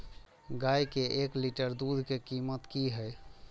गाय के एक लीटर दूध के कीमत की हय?